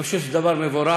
אני חושב שזה דבר מבורך.